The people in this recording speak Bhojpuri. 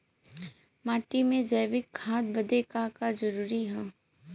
माटी में जैविक खाद बदे का का जरूरी ह?